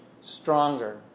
stronger